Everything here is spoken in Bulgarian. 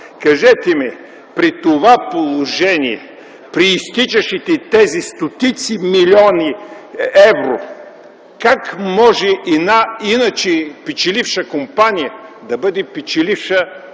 Кажете ми: при това положение при изтичащите тези стотици милиони евро как може една иначе печеливша компания да бъде печеливша при